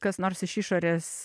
kas nors iš išorės